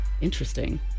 Interesting